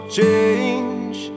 change